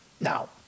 Now